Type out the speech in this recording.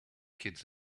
kids